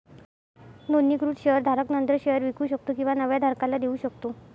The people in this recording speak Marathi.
नोंदणीकृत शेअर धारक नंतर शेअर विकू शकतो किंवा नव्या धारकाला देऊ शकतो